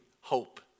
hope